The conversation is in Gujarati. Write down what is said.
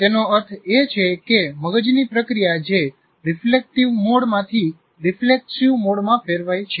તેનો અર્થ એ છે કે મગજની પ્રક્રિયા જે રીફ્લેકટીવ મોડ માંથી રીફ્લેક્સિવ મોડ માં ફેરવાય છે